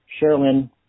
Sherilyn